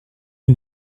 une